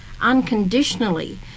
unconditionally